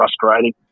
frustrating